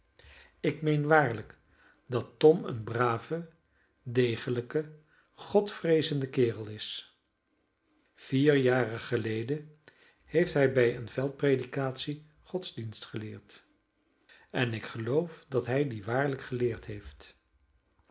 ik meen waarlijk dat tom een brave degelijke godvreezende kerel is vier jaren geleden heeft hij bij eene veldpredikatie godsdienst geleerd en ik geloof dat hij dien waarlijk geleerd heeft